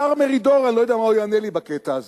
השר מרידור, אני לא יודע מה הוא יענה לי בקטע הזה,